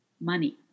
Money